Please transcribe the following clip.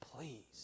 Please